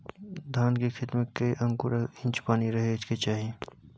धान के खेत में कैए आंगुर आ इंच पानी रहै के चाही?